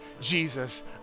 Jesus